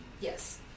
Yes